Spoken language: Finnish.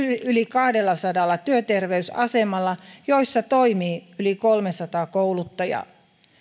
yli kahdellasadalla työterveysasemalla joissa toimii yli kolmesataa kouluttajaa